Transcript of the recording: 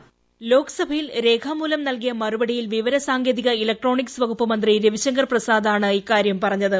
പ്രോയ്സ് ലോക്സഭയിൽ രേഖാമൂലം നൽകിയ മറുപടിയിൽ വിവര സാങ്കേതിക ഇലക്ട്രോണിക്സ് വകുപ്പ് മുന്തി രവിശങ്കർ പ്രസാദാണ് ഇക്കാര്യം പറഞ്ഞത്